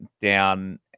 down